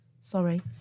Sorry